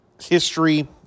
history